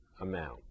amount